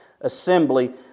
assembly